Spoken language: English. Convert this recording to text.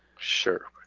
sure,